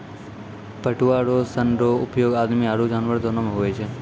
पटुआ रो सन रो उपयोग आदमी आरु जानवर दोनो मे हुवै छै